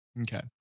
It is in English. Okay